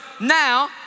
now